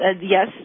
Yes